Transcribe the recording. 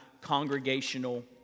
congregational